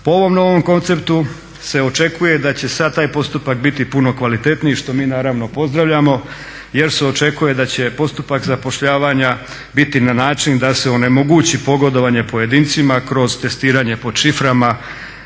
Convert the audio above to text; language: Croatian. Po ovom novom konceptu se očekuje da će sad taj postupak biti puno kvalitetniji što mi naravno pozdravljamo jer se očekuje da će postupak zapošljavanja biti na način da se onemogući pogodovanje pojedincima kroz testiranja pod šiframa